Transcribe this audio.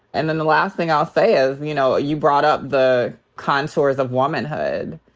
and then the last thing i'll say is, you know, you brought up the contours of womanhood.